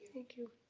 thank you.